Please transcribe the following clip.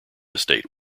estate